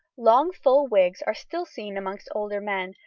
long, full wigs are still seen amongst older men,